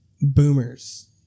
boomers